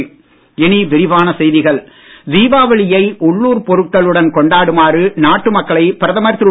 பிரதமர் தீபாவளியை உள்ளூர் பொருட்களுடன் கொண்டாடுமாறு நாட்டு மக்களை பிரதமர் திரு